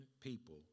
people